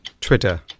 Twitter